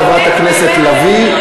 חברת הכנסת לביא,